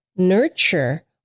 Nurture